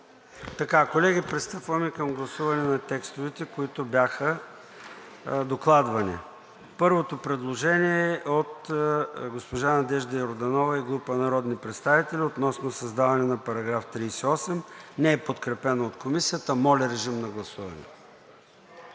Колеги, пристъпваме към гласуване на текстовете, които бяха докладвани. Първото предложение е от госпожа Надежда Йорданова и група народни представители относно създаване на § 38. Не е подкрепено от Комисията. Моля, режим на гласуване.